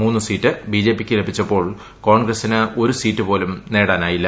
മൂന്ന് സീറ്റ് ബിജെപിക്ക് ലഭിച്ചപ്പോൾ കോൺഗ്രസിൽ ഒരു സീറ്റുപോലും നേടാനായില്ല